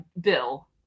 bill